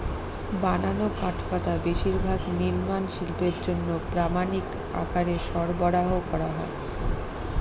বানানো কাঠপাটা বেশিরভাগ নির্মাণ শিল্পের জন্য প্রামানিক আকারে সরবরাহ করা হয়